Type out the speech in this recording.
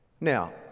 Now